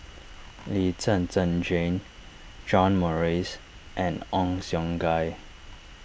Lee Zhen Zhen Jane John Morrice and Ong Siong Kai